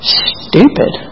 stupid